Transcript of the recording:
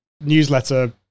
newsletter